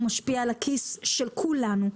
הוא משפיע על הכיס של כולנו,